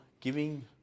giving